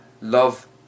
love